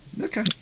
okay